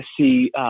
see